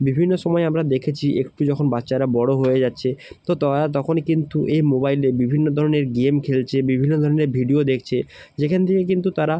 বিভিন্ন সময়ে আমরা দেখেছি একটু যখন বাচ্চারা বড় হয়ে যাচ্ছে তো তারা তখন কিন্তু এই মোবাইলে বিভিন্ন ধরনের গেম খেলছে বিভিন্ন ধরনের ভিডিও দেখছে যেখান থেকে কিন্তু তারা